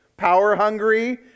power-hungry